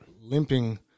limping